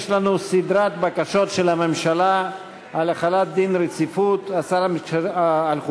יש לנו סדרת בקשות של הממשלה להחלת דין רציפות על חוקים.